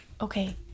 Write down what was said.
okay